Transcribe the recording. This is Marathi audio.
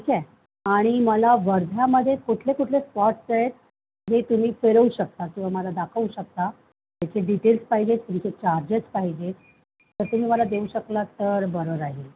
ठीक आहे आणि मला वर्ध्यामध्ये कुठले कुठले स्पॉट्स आहेत जे तुम्ही फिरवू शकता किंवा मला दाखवू शकता त्याचे डिटेल्स पाहिजे आहेत तुमचे चार्जेस पाहिजे आहेत तर तुम्ही मला देऊ शकला तर बरं राहील